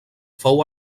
fou